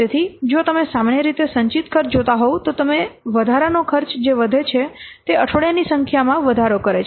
તેથી જો તમે સામાન્ય રીતે સંચિત ખર્ચ જોતા હોવ તો ધીમે ધીમે વધારાનો ખર્ચ જે વધે છે તે અઠવાડિયાની સંખ્યામાં વધારો કરે છે